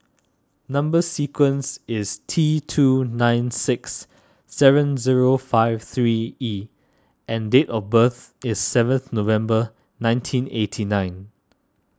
Number Sequence is T two nine six seven zero five three E and date of birth is seventh November nineteen eighty nine